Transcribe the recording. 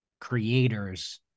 creators